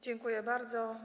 Dziękuję bardzo.